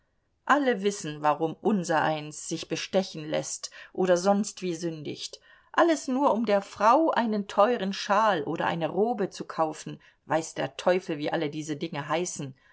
alle wissen warum unsereins sich bestechen läßt oder sonstwie sündigt alles nur um der frau einen teuren schal oder eine robe zu kaufen weiß der teufel wie alle diese dinge heißen